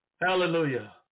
Hallelujah